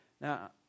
Now